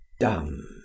dumb